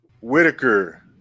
Whitaker